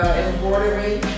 embroidery